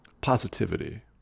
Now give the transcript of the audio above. Positivity